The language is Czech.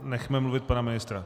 Nechme mluvit pana ministra.